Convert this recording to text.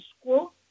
school